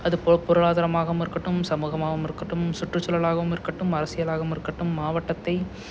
அது பொ பொருளாதாரமாகவும் இருக்கட்டும் சமூகமாகவும் இருக்கட்டும் சுற்றுச்சூழலாகவும் இருக்கட்டும் அரசியலாகவும் இருக்கட்டும் மாவட்டத்தை